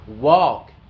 Walk